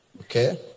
Okay